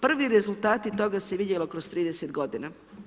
Prvi rezultati toga se vidjelo kroz 30 godina.